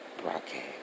broadcast